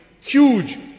Huge